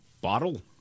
bottle